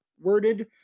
worded